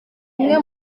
umwe